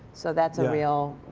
so that's a real